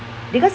because